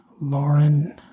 Lauren